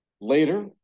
Later